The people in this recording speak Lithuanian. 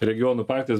regionų partijas